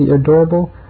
adorable